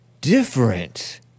different